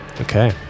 Okay